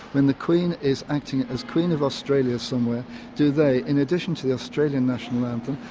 when the queen is acting as queen of australia somewhere do they, in addition to the australian national anthem,